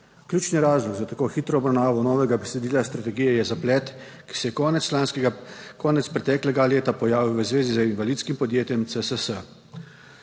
Ključni razlog za tako hitro obravnavo novega besedila strategije je zaplet, ki se je konec preteklega leta pojavil v zvezi z invalidskim podjetjem CSS.